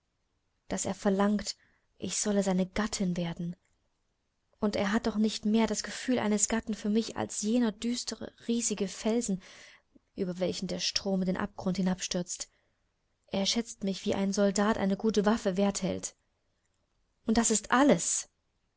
daß er verlangt ich solle seine gattin werden und er hat doch nicht mehr das gefühl eines gatten für mich als jener düstere riesige felsen über welchen der strom in den abgrund hinabstürzt er schätzt mich wie ein soldat eine gute waffe wert hält und das ist alles